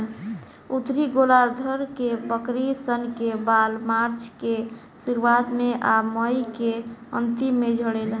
उत्तरी गोलार्ध के बकरी सन के बाल मार्च के शुरुआत में आ मई के अन्तिम में झड़ेला